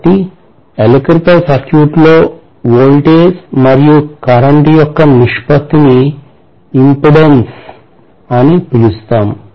కాబట్టి ఎలక్ట్రికల్ సర్క్యూట్లో వోల్టేజ్ మరియు కరెంటు యొక్క నిష్పత్తి ని ఇంపెడెన్స్ అని పిలుస్తాం